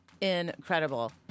incredible